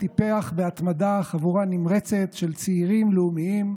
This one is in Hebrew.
אתה תפתח את זה לתחרות של 400 חברים,